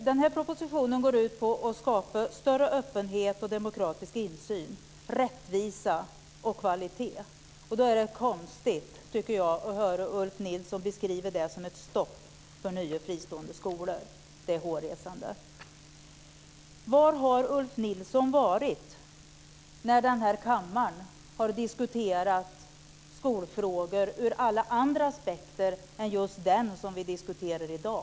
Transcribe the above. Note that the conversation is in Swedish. Fru talman! Propositionen går ut på att skapa större öppenhet, demokratisk insyn, rättvisa och kvalitet. Då är det konstigt, tycker jag, att höra Ulf Nilsson beskriva det som ett stopp för nya fristående skolor. Det är hårresande. Var har Ulf Nilsson varit när kammaren har diskuterat skolfrågor ur alla andra aspekter än just den som vi diskuterar i dag?